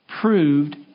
proved